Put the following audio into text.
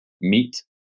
meat